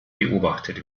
beobachtet